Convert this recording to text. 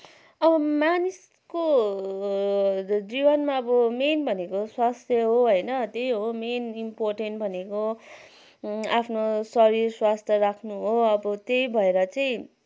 अब मानिसको जीवनमा अब मेन भनेको स्वास्थ्य हो होइन त्यही हो मेन इम्पोर्टेन्ट भनेको आफ्नो शरीर स्वस्थ राख्नु हो अब त्यही भएर चाहिँ